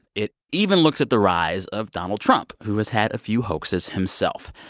it even looks at the rise of donald trump, who has had a few hoaxes himself.